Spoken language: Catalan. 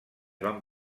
van